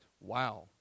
Wow